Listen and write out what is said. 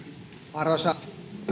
arvoisa